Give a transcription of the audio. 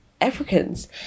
Africans